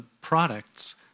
products